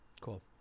Cool